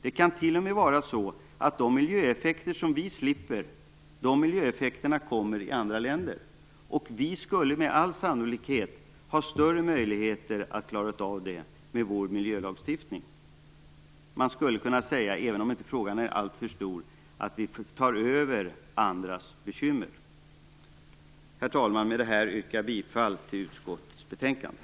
Det kan t.o.m. vara så att de miljöeffekter som vi slipper i stället kommer i andra länder, och vi skulle med all sannolikhet ha större möjligheter att klara av dem med vår miljölagstiftning. Man skulle kunna säga, även om frågan inte är alltför stor, att vi tar över andras bekymmer. Herr talman! Med detta yrkar jag bifall till utskottets hemställan i betänkandet.